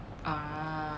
a'ah